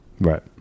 Right